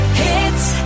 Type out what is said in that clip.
hits